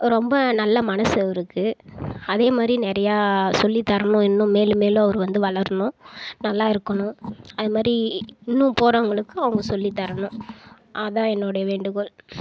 ரொம்ப நல்ல மனசு அவருக்கு அதேமாதிரி நிறையா சொல்லித் தரணும் இன்னும் மேலும் மேலும் அவரு வந்து வளரணும் நல்லா இருக்கணும் அதுமாதிரி இன்னும் போறவுங்களுக்கு அவங்க சொல்லித் தரணும் அதான் என்னுடைய வேண்டுகோள்